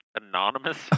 anonymous